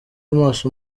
amaso